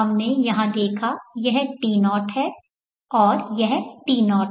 हमने यहां देखा यह T0 है और यह T0 है